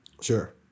Sure